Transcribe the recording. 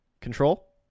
control